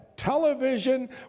television